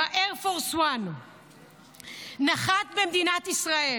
עם אייר פורס 1. נחת במדינת ישראל,